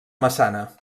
massana